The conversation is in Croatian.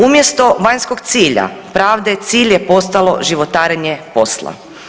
Umjesto vanjskog cilja, pravde cilj je postalo životarenje posla.